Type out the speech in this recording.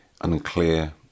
unclear